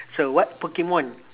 so what pokemon